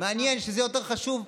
מעניין שזה יותר חשוב.